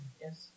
Yes